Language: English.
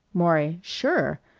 maury sure!